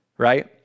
right